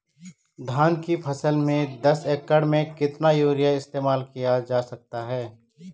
धान की फसल में दस एकड़ में कितना यूरिया इस्तेमाल किया जा सकता है?